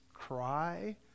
cry